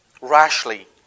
rashly